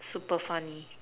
super funny